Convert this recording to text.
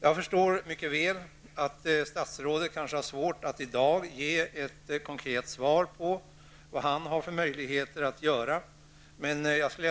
Jag förstår mycket väl att det kan vara svårt för statsrådet att i dag ge ett konkret svar på frågan om vilka möjligheter han har i detta sammanhang.